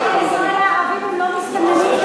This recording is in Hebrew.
אזרחי ישראל הערבים הם לא מסתננים,